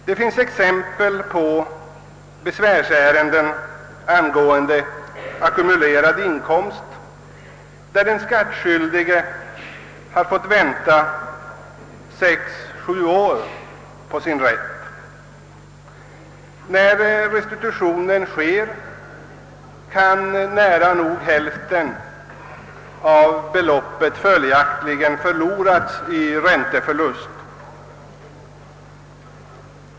Det finns exempel på besvärsärenden angående ackumulerad inkomst, där den skattskyldige har fått vänta 6—7 år på sin rätt. När restitutionen sker kan följaktligen nära nog hälften av beloppet ha gått förlorat genom räntebortfall.